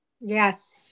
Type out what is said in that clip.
Yes